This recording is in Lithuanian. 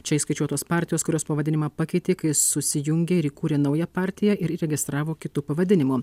čia įskaičiuotos partijos kurios pavadinimą pakeitė kai susijungė ir įkūrė naują partiją ir įregistravo kitu pavadinimu